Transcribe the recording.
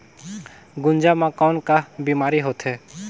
गुनजा मा कौन का बीमारी होथे?